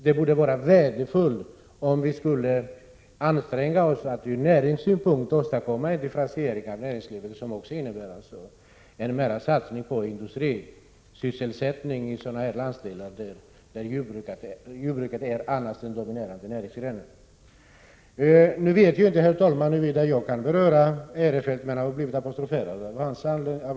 Det skulle vara värdefullt om vi kunde anstränga oss att ur näringssynpunkt åstadkomma en differentiering av näringslivet, som också skulle innebära en större satsning på industrisysselsättning i sådana landsdelar där jordbruket annars är den dominerande näringsgrenen. Herr talman! Jag vet inte huruvida jag får svara på Eirefelts inlägg, eftersom jag blev apostroferad av honom.